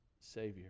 Savior